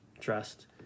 trust